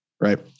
Right